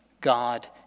God